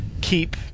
keep